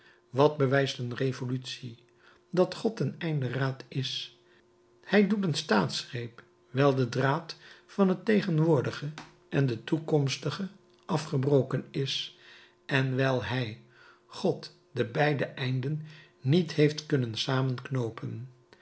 wat bewijst een revolutie dat god ten einde raad is hij doet een staatsgreep wijl de draad van het tegenwoordige en toekomstige afgebroken is en wijl hij god de beide einden niet heeft kunnen